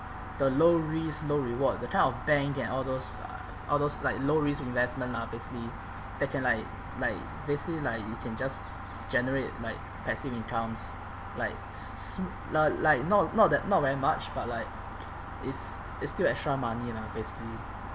the low risk low reward the kind of bank and all those uh all those like low risk investment lah basically that can like like basically like you can just generate like passive incomes like uh like not that not very much but like it's it's still extra money lah basically